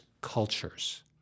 cultures